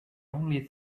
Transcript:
only